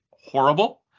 horrible